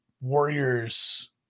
Warriors